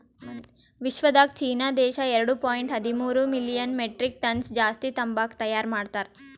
ವಿಶ್ವದಾಗ್ ಚೀನಾ ದೇಶ ಎರಡು ಪಾಯಿಂಟ್ ಹದಿಮೂರು ಮಿಲಿಯನ್ ಮೆಟ್ರಿಕ್ ಟನ್ಸ್ ಜಾಸ್ತಿ ತಂಬಾಕು ತೈಯಾರ್ ಮಾಡ್ತಾರ್